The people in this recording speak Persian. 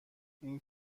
این